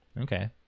Okay